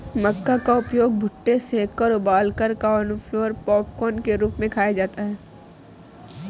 मक्का का उपयोग भुट्टे सेंककर उबालकर कॉर्नफलेक्स पॉपकार्न के रूप में खाया जाता है